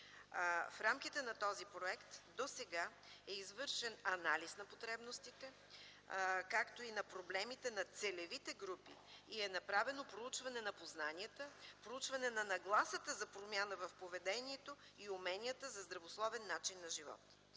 В рамките на този проект досега е извършен анализ на потребностите, както и на проблемите на целевите групи. Направено е проучване на познанията, на нагласата за промяна в поведението и уменията за здравословен начин на живот.